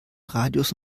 radius